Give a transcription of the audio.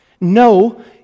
no